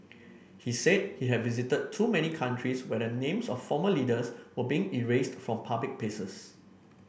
he said he had visited too many countries where the names of former leaders were being erased from public places